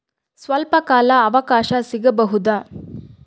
ಸ್ವಲ್ಪ ಕಾಲ ಅವಕಾಶ ಸಿಗಬಹುದಾ?